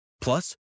Plus